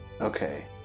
Okay